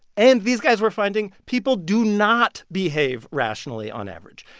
and these guys were finding people do not behave rationally on average.